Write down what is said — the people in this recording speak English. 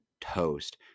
toast